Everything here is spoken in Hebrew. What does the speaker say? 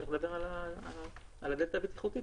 צריך לדבר על ההיבט הבטיחותי.